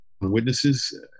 witnesses